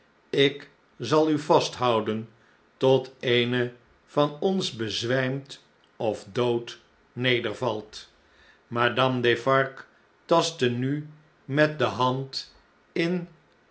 ik zal u vasthouden tot eene van ons bezwijmt of dood nedervalt j madame defarge tastte nu met de hand in